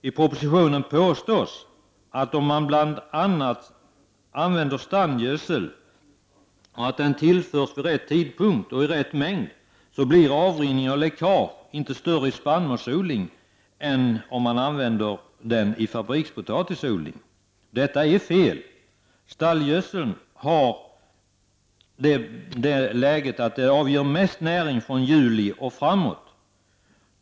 I propositionen påstås att om bl.a. stallgödsel tillförs vid rätt tidpunkt och i rätt mängd blir avrinning och läckage inte större i spannmålsodling än när fabrikspotatis odlats. Detta är fel. Stallgödsel avger mest näring från juli och framåt.